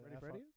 Ready